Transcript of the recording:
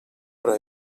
hora